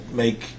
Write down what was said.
make